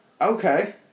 Okay